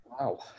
Wow